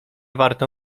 warto